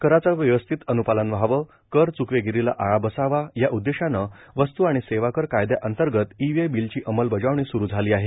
कराचं व्यवस्थित अन्पालन व्हावंए कर च्कवेगिरीला आळा बसावा या उद्देशानं वस्त् आणि सेवा कर कायदयांतर्गत ई वे बिल ची अंमलबजावणी सुरु झाली आहे